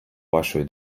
вашої